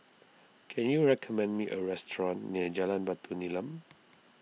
can you recommend me a restaurant near Jalan Batu Nilam